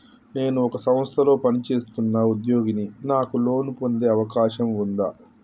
నేను ఒక సంస్థలో పనిచేస్తున్న ఉద్యోగిని నాకు లోను పొందే అవకాశం ఉందా?